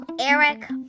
Eric